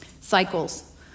Cycles